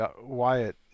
Wyatt